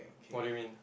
what do you mean